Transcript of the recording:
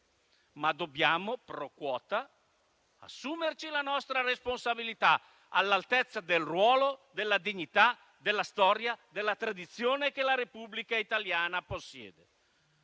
assumerci *pro quota* la nostra responsabilità, all'altezza del ruolo, della dignità, della storia e della tradizione che la Repubblica italiana possiede.